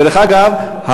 דרך אגב,